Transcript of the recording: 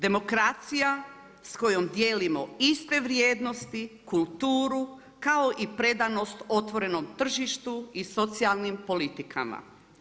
Demokracija s kojom dijelimo iste vrijednosti, kulturu kao i predanost otvorenom tržištu i socijalnih politikama.